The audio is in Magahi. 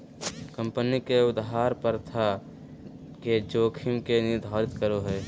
कम्पनी के उधार प्रथा के जोखिम के निर्धारित करो हइ